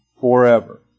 forever